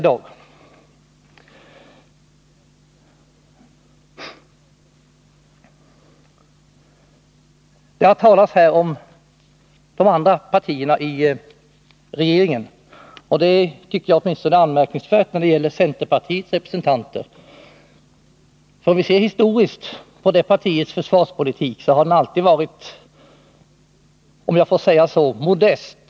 Det har här talats om de andra partierna i regeringen. Om vi ser historiskt på centerpartiets försvarspolitik, finner vi att den alltid har varit — om jag får uttrycka mig så — modest.